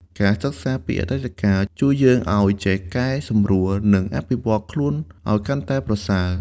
ការសិក្សាពីអតីតកាលជួយយើងឱ្យចេះកែសម្រួល និងអភិវឌ្ឍន៍ខ្លួនឱ្យកាន់តែប្រសើរ។